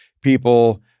people